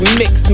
mix